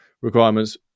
requirements